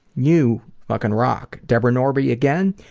you fucking rock. debra norbee again,